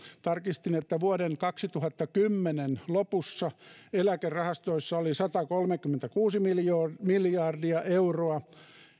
tarkistin että vuoden kaksituhattakymmenen lopussa eläkerahastoissa oli satakolmekymmentäkuusi miljardia euroa